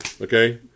okay